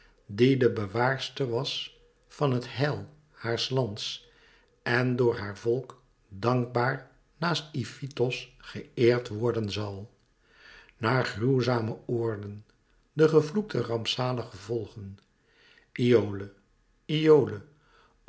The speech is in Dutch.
die de bewaarster was van het heil haars lands en door haar volk dankbaar naast ifitos geëerd worden zal naar gruwzame oorden den gevloekte rampzalige volgen iole iole